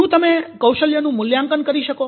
શું તમે કૌશલ્યોનું મૂલ્યાંકન કરી શકો